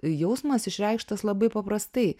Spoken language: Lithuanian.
jausmas išreikštas labai paprastai